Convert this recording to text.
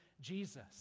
Jesus